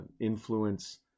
influence